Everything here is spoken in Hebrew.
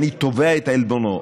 ואני תובע את עלבונו.